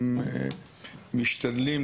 משתדלים,